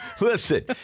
Listen